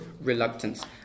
reluctance